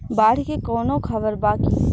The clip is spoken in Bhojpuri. बाढ़ के कवनों खबर बा की?